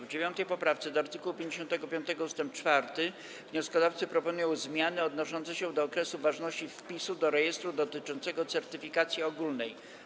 W 9. poprawce do art. 55 ust. 4 wnioskodawcy proponują zmiany odnoszące się do okresu ważności wpisu do rejestru dotyczącego certyfikacji ogólnej.